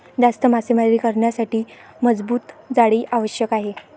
जास्त मासेमारी करण्यासाठी मजबूत जाळी आवश्यक आहे